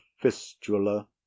fistula